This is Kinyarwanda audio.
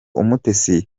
umutesi